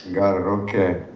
got it. okay.